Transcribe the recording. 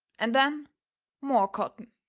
and then more cotton.